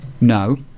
No